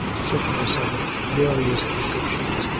sickness of various descriptions,